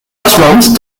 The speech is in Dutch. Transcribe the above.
wasmand